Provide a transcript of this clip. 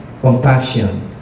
compassion